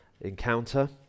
encounter